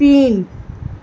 تین